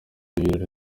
birori